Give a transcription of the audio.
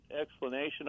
explanation